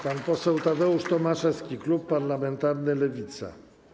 Pan poseł Tadeusz Tomaszewski, klub parlamentarny Lewica.